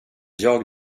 jag